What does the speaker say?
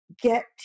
get